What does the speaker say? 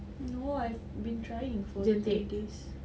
no I've been trying for two days